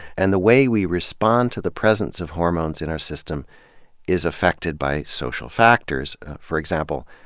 and the way we respond to the presence of hormones in our system is affected by social factors for example,